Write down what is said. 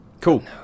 Cool